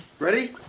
ready?